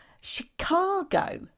Chicago